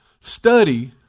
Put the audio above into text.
study